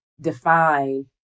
define